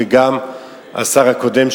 וגם השר הקודם,